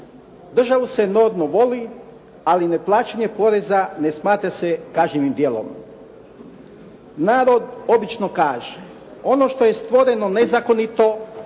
Državnu se enormno voli, ali neplaćanje poreza ne smatra se kažnjivim djelom. Narod obično kaže, ono što je stvoreno nezakonito